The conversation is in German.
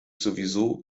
sowieso